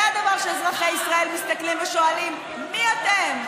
זה הדבר שאזרחי ישראל מסתכלים עליו ושואלים: מי אתם?